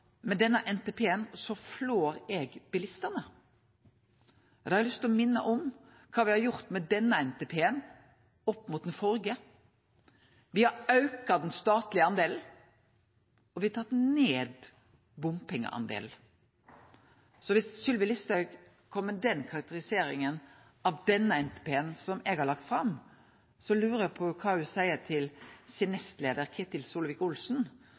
med denne NTP-en flår eg bilistane. Eg har lyst til å minne om kva me har gjort med denne NTP-en opp mot den førre. Me har auka den statlege andelen, og me har tatt ned bompengeandelen. Så viss Sylvi Listhaug kom med den karakteriseringa av denne NTP-en, som eg har lagt fram, så lurer eg på kva ho seier til nestleiaren sin, Ketil